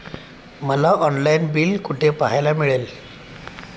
मला online bill कुठे पाहायला मिळेल?